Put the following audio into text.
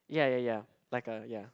ya ya ya like a ya